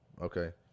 okay